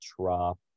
drop